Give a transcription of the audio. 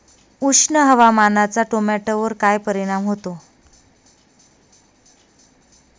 उष्ण हवामानाचा टोमॅटोवर काय परिणाम होतो?